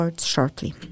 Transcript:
shortly